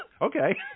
Okay